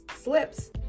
slips